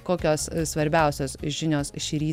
kokios svarbiausios žinios šįryt